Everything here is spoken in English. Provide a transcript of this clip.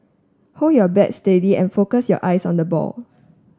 hold your bat steady and focus your eyes on the ball